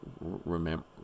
remember